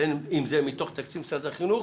בין אם זה מתוך תקציב משרד החינוך,